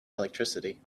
electricity